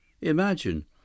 Imagine